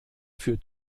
für